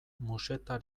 musetta